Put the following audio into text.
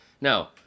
No